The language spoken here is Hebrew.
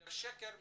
300,000 שקל מהבנק.